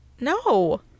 No